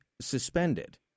suspended